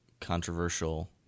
controversial